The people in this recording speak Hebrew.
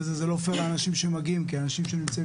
זה לא פייר לאנשים שמגיעים כי אנשים שנמצאים